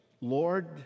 Lord